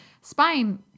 spine